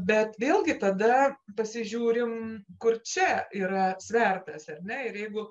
bet vėlgi tada pasižiūrim kur čia yra svertas ar ne ir jeigu